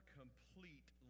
complete